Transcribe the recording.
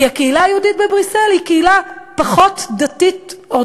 כי הקהילה היהודית בבריסל היא קהילה פחות דתית-אורתודוקסית-חרדית.